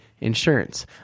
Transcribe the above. insurance